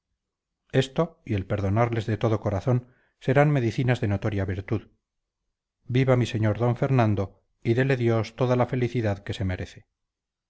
esto y el perdonarles de todo corazón serán medicinas de notoria virtud viva mi sr d fernando y dele dios toda la felicidad que se merece